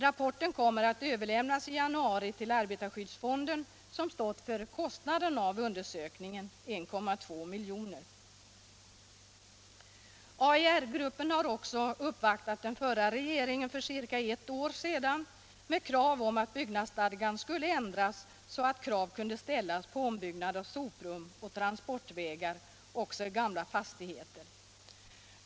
Rapporten kommer att överlämnas i januari till arbetarskyddsfonden, som stått för undersökningskostnaden, 1,2 milj.kr. Vidare har AIR-gruppen uppvaktat den förra regeringen för ca ett år sedan, med krav om att byggnadsstadgan skulle ändras så att krav kunde ställas på ombyggnad av soprum och transportvägar också i gamla fastigheter.